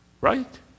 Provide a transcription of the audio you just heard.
right